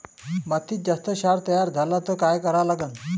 मातीत जास्त क्षार तयार झाला तर काय करा लागन?